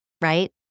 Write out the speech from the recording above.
right